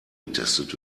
getestet